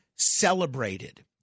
Celebrated